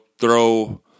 throw